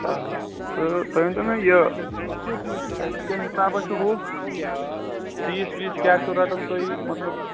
آ تہٕ تُہۍ ؤنۍتو مےٚ یہِ اَتہِ کٔمۍ حِسابہ چھُ ہُہ فیٖس ویٖس کیٛاہ چھُو رَٹان تُہۍ مطلب